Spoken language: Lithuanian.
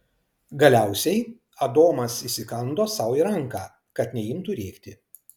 galiausiai adomas įsikando sau į ranką kad neimtų rėkti